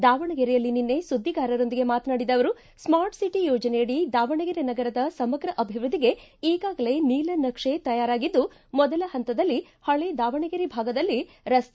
ದಾವಣಗೆರೆಯಲ್ಲಿ ನಿನ್ನೆ ಸುದ್ದಿಗಾರರೊಂದಿಗೆ ಮಾತನಾಡಿದ ಅವರು ಸ್ಮಾರ್ಟ್ಸಟ ಯೋಜನೆಯಡಿ ದಾವಣಗೆರೆ ನಗರದ ಸಮಗ್ರ ಅಭಿವೃದ್ಧಿಗೆ ಈಗಾಗಲೇ ನೀಲ ನಕ್ಷೆ ತಯಾರಾಗಿದ್ದು ಮೊದಲ ಹಂತದಲ್ಲಿ ಹಳೆ ದಾವಣಗೆರೆ ಭಾಗದಲ್ಲಿ ರಸ್ತೆ